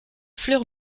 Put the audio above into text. fleurs